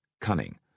cunning